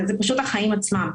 זה פשוט החיים עצמם.